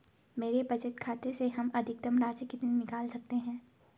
मेरे बचत खाते से हम अधिकतम राशि कितनी निकाल सकते हैं?